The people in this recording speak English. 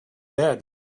bed